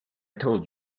told